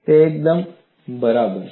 તે એકદમ બરાબર છે